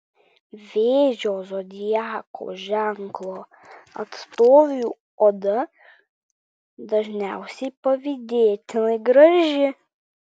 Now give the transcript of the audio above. vėžio zodiako ženklo atstovių oda dažniausiai pavydėtinai graži